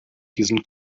diesen